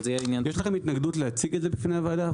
אבל זה יהיה עניין -- יש לכם התנגדות להציג את זה בפני הוועדה?